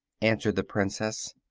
answered the princess.